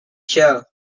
show